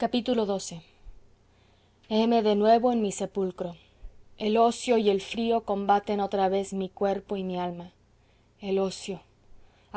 xii heme de nuevo en mi sepulcro el ocio y el frío combaten otra vez mi cuerpo y mi alma el ocio